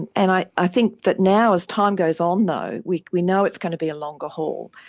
and and i i think that now as time goes on though we we know it's going to be a longer haul.